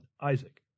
Isaac